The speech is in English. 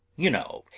you know,